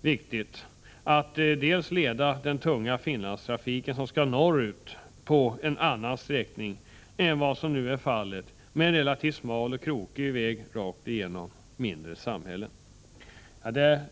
viktigt att bl.a. leda den tunga Finlandstrafiken som skall norrut på en annan sträckning än där den nu går på en relativt smal och krokig väg rakt igenom mindre samhällen.